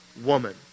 woman